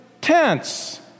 tense